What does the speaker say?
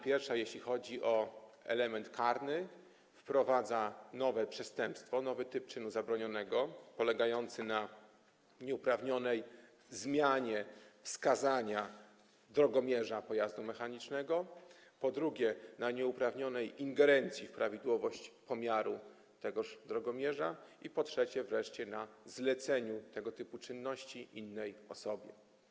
Pierwsza, jeśli chodzi o element karny, wprowadza nowe przestępstwo, nowy typ czynu zabronionego polegający, po pierwsze, na nieuprawnionej zmianie wskazania drogomierza pojazdu mechanicznego, po drugie, na nieuprawnionej ingerencji w prawidłowość pomiaru tegoż drogomierza, po trzecie wreszcie, na zleceniu tego typu czynności innej osobie.